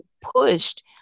pushed